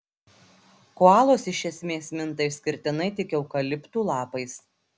koalos iš esmės minta išskirtinai tik eukaliptų lapais